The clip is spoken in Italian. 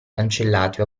cancellati